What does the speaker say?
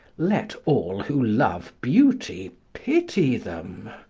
let all who love beauty pity them.